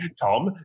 Tom